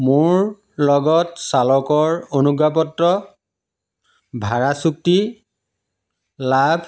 মোৰ লগত চালকৰ অনুজ্ঞাপত্ৰ ভাড়া চুক্তি লাভ